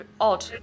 odd